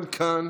גם כאן